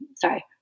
Sorry